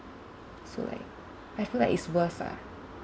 so like I feel like it's worse ah